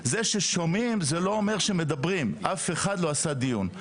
זה ששומעים זה לא אומר שמדברים אף אחד לא עשה דיון,